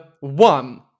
one